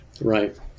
Right